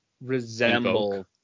resemble